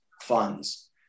funds